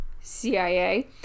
CIA